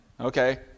Okay